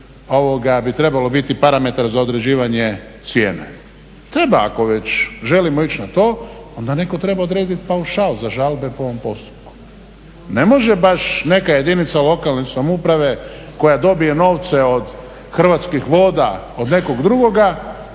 ovdje bi trebalo biti parametar za određivanje cijene. Treba ako već želimo ići na to onda netko treba odredit paušal za žalbe po ovom postupku. Ne može baš neka jedinica lokalne samouprave koja dobije novce od Hrvatskih voda, od nekog drugoga,